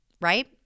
right